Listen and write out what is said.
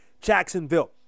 Jacksonville